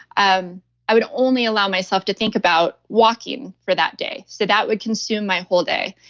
um i would only allow myself to think about walking for that day, so that would consume my whole day.